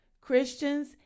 Christians